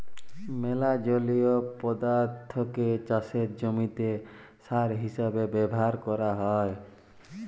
ম্যালা জলীয় পদাথ্থকে চাষের জমিতে সার হিসেবে ব্যাভার ক্যরা হ্যয়